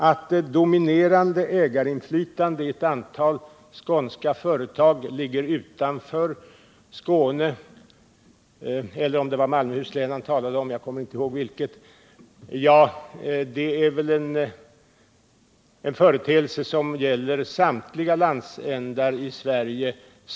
Att ett dominerande ägarinflytande i ett antal skånska företag ligger utanför Skåne eller Malmöhus län är väl någonting som har sin motsvarighet i samtliga landsändar i Sverige.